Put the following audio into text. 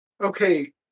Okay